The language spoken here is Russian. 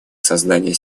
создания